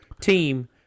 team